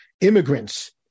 immigrants